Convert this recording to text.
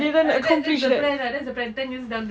ah that that's the plan ah that's the plan ten years down the road